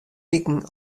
wiken